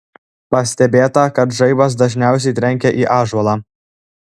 pastebėta kad žaibas dažniausiai trenkia į ąžuolą